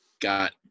got